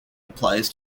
applies